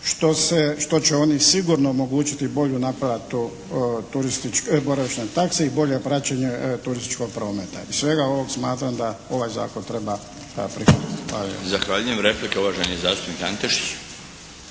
što će oni sigurno omogućiti naplatu turističke, boravišne takse i bolje praćenje turističkog prometa. Iz svega ovog smatram da ovaj zakon treba prihvatiti. Hvala lijepo. **Milinović,